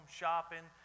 shopping